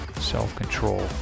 self-control